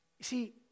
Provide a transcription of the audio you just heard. see